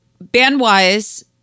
band-wise